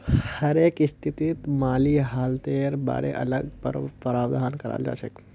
हरेक स्थितित माली हालतेर बारे अलग प्रावधान कराल जाछेक